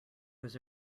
was